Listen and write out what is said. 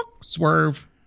Swerve